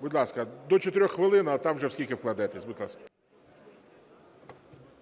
Будь ласка, до 4 хвилин, а там вже в скільки вкладетесь. Будь ласка.